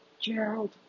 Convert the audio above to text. Gerald